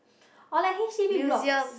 or like H_D_B blocks